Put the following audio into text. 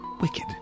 wicked